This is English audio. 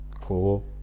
Cool